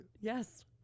Yes